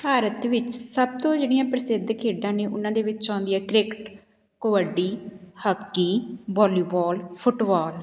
ਭਾਰਤ ਵਿੱਚ ਸਭ ਤੋਂ ਜਿਹੜੀਆਂ ਪ੍ਰਸਿੱਧ ਖੇਡਾਂ ਨੇ ਉਹਨਾਂ ਦੇ ਵਿੱਚ ਆਉਂਦੀਆਂ cricket kabaddi hockey volleyball football